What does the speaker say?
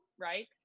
right